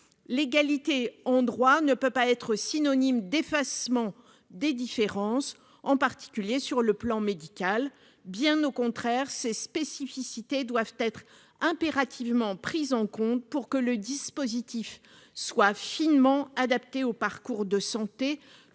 l'égalité en droit ne peut pas être synonyme d'effacement des différences, en particulier sur le plan médical, bien au contraire ces spécificités doivent être impérativement prise en compte pour que le dispositif soit finement adapté au parcours de santé